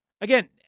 Again